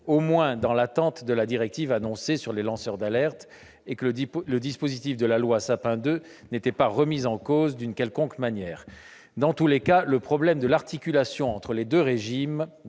au moins dans l'attente de la directive annoncée sur les lanceurs d'alerte, et le dispositif de la loi Sapin II n'est en aucune manière remis en cause. Dans tous les cas, le problème de l'articulation entre les deux régimes